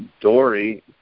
Dory